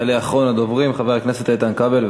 יעלה אחרון הדוברים, חבר הכנסת איתן כבל.